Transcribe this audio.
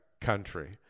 country